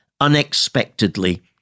unexpectedly